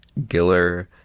Giller